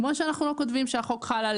כמו שאנחנו לא כותבים שהחוק חל על